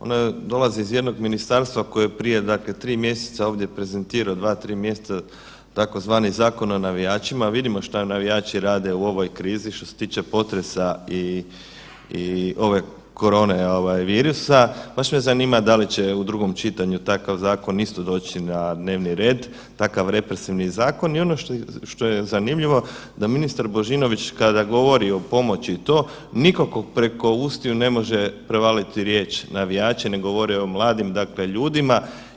One dolaze iz jednog ministarstva koje je prije dakle 3 mjeseca ovdje, prezentirao, 3, 4 mjeseca tzv. Zakon o navijačima, vidimo što navijači rade u ovoj krizi što se tiče potresa i ove korone ovaj virusa, baš me zanima da li će u drugom čitanju takav zakon isto doći na dnevni red takav represivni zakon i ono što je zanimljivo da ministar Božinović kada govori o pomoći i to nikako preko ustiju ne može prevaliti riječi navijači nego govori o mladim ljudima.